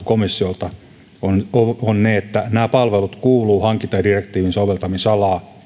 komissiolta ovat ne että nämä palvelut kuuluvat hankintadirektiivin soveltamisalaan